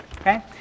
Okay